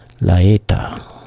Laeta